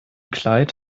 kleid